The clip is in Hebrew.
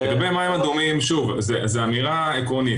לגבי מים אדומים, שוב, זה אמירה עקרונית.